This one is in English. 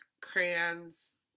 crayons